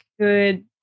good